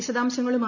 വിശദാംശങ്ങളുമായി